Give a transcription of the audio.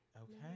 Okay